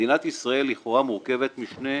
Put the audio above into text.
במדינת ישראל לכאורה מורכבת משני